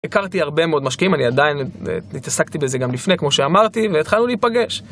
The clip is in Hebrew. הכרתי הרבה מאוד משקיעים, אני עדיין אה.. התעסקתי בזה גם לפני כמו שאמרתי, והתחלנו להיפגש.